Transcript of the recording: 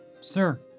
Sir